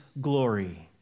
glory